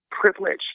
privilege